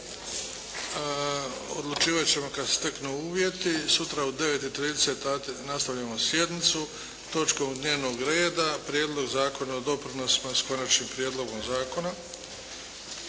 Odlučivati ćemo kada se steknu uvjeti. Sutra u 9 i 30 sati nastavljamo sjednicu točkom dnevnog reda Prijedlog zakona o doprinosima s Konačnim prijedlogom zakona